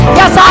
yes